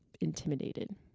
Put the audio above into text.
intimidated